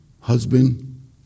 husband